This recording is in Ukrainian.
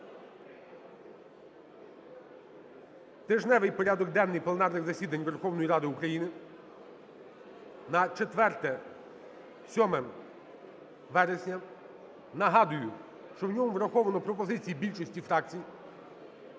тижневий порядок денний пленарних засідань Верховної Ради України на 4-7 вересня. Нагадую, що в ньому враховано пропозиції більшості фракцій,